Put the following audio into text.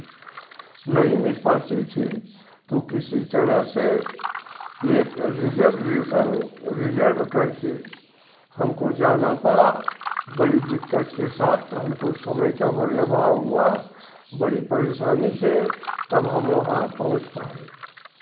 नहीं मिल पाती थी तो किसी तरह से एक रिज़र्वेशन रिज़र्व करके हमको जाना पड़ा बड़ी दिक्कत के साथ तो हमको समय का भारी अभाव हुआ बड़ी परेशानी से तब हम वहाँ पहुँच पाए